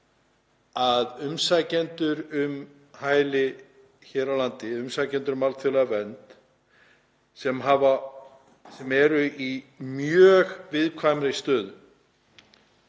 að umsækjendum um hæli hér á landi, umsækjendum um alþjóðlega vernd sem eru í mjög viðkvæmri stöðu,